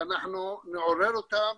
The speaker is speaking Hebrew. שאנחנו נעורר אותם